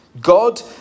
God